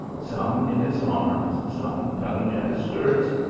some in his arms, some tugging at his skirts,